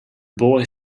boy